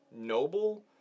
noble